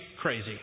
crazy